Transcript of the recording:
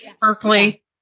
Berkeley